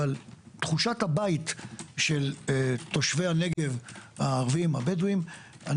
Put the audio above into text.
אבל תחושת הבית של תושבי הנגב הערבים הבדואים,